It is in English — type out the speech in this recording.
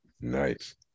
Nice